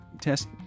test